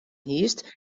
hiest